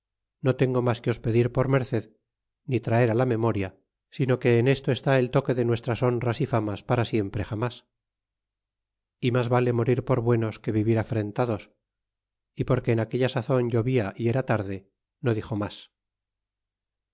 no tengo mas que os pedir por merced ni traer la memoria sino que en esto está el toque de nuestras honras y famas para siempre jamas y mas vale morir por buenos que vivir afrentados y porque en aquella sazon llovia y era tarde no dixo mas